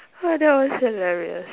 oh that was hilarious